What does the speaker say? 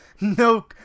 No